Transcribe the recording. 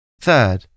Third